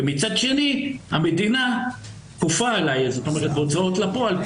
ומצד שני המדינה כופה עליי הוצאות לפועל,